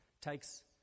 takes